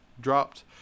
dropped